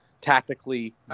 tactically